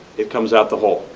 it comes out the hole.